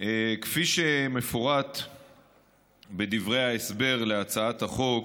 כפי שמפורט בדברי ההסבר להצעת החוק,